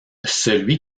celui